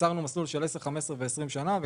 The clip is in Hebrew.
למסלול של 10,15 ו-20 שנה,